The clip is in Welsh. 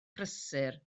prysur